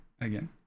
again